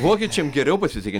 vokiečiam geriau pasisekė